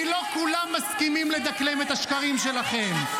כי לא כולם מסכימים לדקלם את השקרים שלכם.